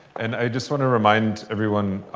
and i just want to remind everyone,